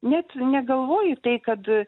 net negalvoji tai kad